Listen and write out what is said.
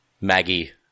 Maggie